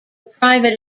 private